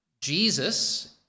Jesus